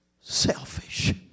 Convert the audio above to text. selfish